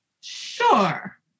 Sure